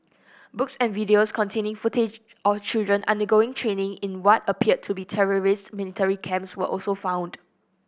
books and videos containing footage of children undergoing training in what appeared to be terrorist military camps were also found